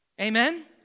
Amen